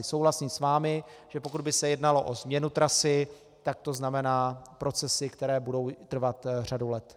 Souhlasím s vámi, že pokud by se jednalo o změnu trasy, tak to znamená procesy, které budou trvat řadu let.